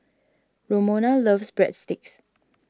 Romona loves Breadsticks